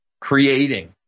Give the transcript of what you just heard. creating